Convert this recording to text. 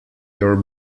your